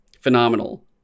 phenomenal